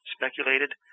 speculated